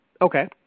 Okay